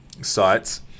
sites